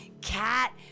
cat